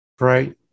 Right